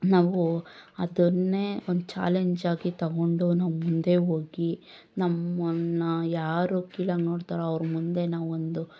ನಾವು ಅದನ್ನೇ ಒಂದು ಛಾಲೆಂಜಾಗಿ ತೊಗೊಂಡು ನಾವು ಮುಂದೆ ಹೋಗಿ ನಮ್ಮನ್ನು ಯಾರು ಕೀಳಾಗಿ ನೋಡ್ತಾರೋ ಅವ್ರ ಮುಂದೆ ನಾವು ಒಂದು